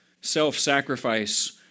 self-sacrifice